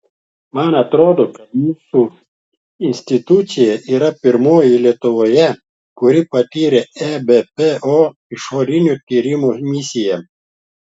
man atrodo kad mūsų institucija yra pirmoji lietuvoje kuri patyrė ebpo išorinio tyrimo misiją